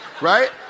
right